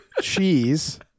cheese